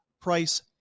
price